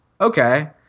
Okay